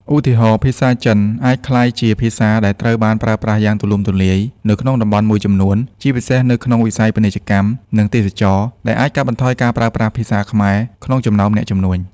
ឧទាហរណ៍ ភាសាចិនអាចក្លាយជាភាសាដែលត្រូវបានប្រើប្រាស់យ៉ាងទូលំទូលាយនៅក្នុងតំបន់មួយចំនួន ជាពិសេសនៅក្នុងវិស័យពាណិជ្ជកម្ម និងទេសចរណ៍ ដែលអាចកាត់បន្ថយការប្រើប្រាស់ភាសាខ្មែរក្នុងចំណោមអ្នកជំនួញ។